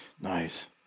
Nice